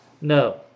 no